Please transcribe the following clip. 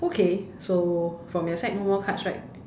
okay so from your side no more cards right